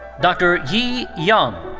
dr. yi yang.